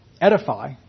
edify